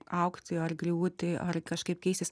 augti ar griūti ar kažkaip keistis